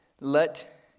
let